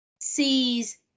sees